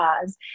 cause